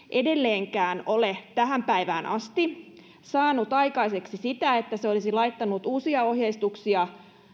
edelleenkään tähän päivään asti ole saanut aikaiseksi sitä että se olisi laittanut uusia ohjeistuksia